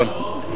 נכון.